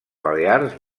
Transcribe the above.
balears